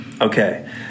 Okay